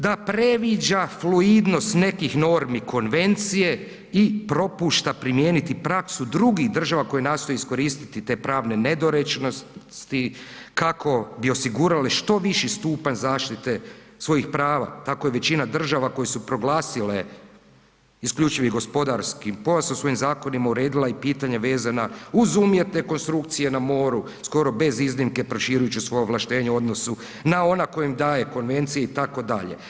Da predviđa fluidnost nekih normi Konvencije i propušta primijeniti praksu drugih država koje nastoje iskoristiti te pravne nedorečenosti kako bi osigurali što viši stupanj zaštite svojih prava, tako većina država koje su proglasile isključivi gospodarski pojas u svojim zakonima uredila i pitanja vezana uz umjetne konstrukcije na moru skoro bez iznimke proširujući svoja ovlaštenja u odnosu na ona koja im daje Konvencija itd.